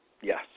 Yes